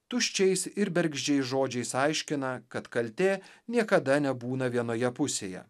tuščiais ir bergždžiais žodžiais aiškina kad kaltė niekada nebūna vienoje pusėje